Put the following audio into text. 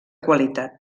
qualitat